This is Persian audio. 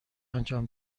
انجام